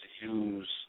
use